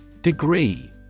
degree